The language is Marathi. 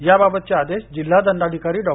याबाबतचे आदेश जिल्हादंडाधिकारी डॉ